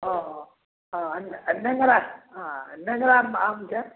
हँ हँ हँ नहि नेँङरा छै हँ नेङ्गरा आम आम छै